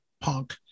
punk